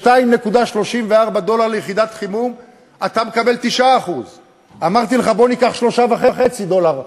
ב-2.34 דולר ליחידת חימום אתה מקבל 9%. אמרתי לך: בוא ניקח 3.5 דולר.